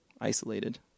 isolated